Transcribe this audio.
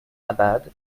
abad